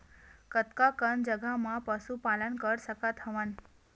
कतका कन जगह म पशु पालन कर सकत हव?